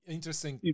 Interesting